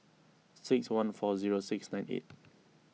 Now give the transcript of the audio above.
six one four zero six nine eight